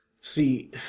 See